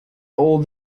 all